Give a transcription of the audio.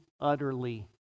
utterly